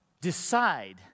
Decide